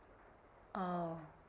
orh